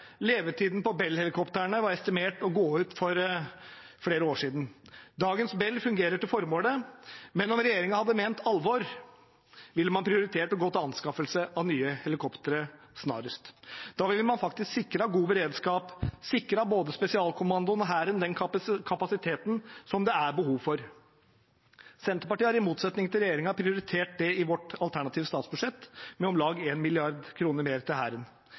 Levetiden for Bell-helikoptrene var estimert å gå ut for flere år siden. Dagens Bell-helikoptre fungerer etter formålet, men om regjeringen hadde ment alvor, ville man prioritert å gå til anskaffelse av nye helikoptre snarest. Da ville man faktisk sikret god beredskap, sikret både spesialkommandoen og Hæren den kapasiteten som det er behov for. Senterpartiet har i motsetning til regjeringen prioritert det i vårt alternative statsbudsjett med om lag 1 mrd. kr mer til Hæren.